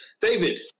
David